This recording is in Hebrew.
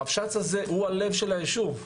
הרבש"ץ הזה הוא הלב של היישוב.